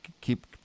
keep